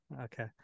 Okay